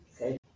okay